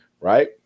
right